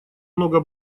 много